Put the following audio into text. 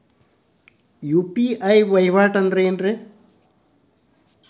UPI ವಹಿವಾಟ್ ಅಂದ್ರೇನು?